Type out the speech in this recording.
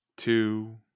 two